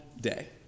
day